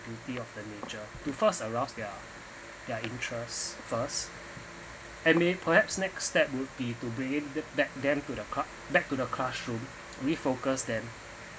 beauty of the nature to first arouse their their interests first and may perhaps next step would be to bring in the back then to the cla~ back to the classroom we focus them